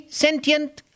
sentient